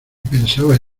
pensaba